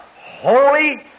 holy